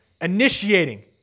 initiating